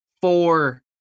four